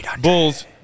Bulls